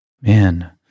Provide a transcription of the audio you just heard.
Man